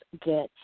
good